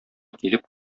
килеп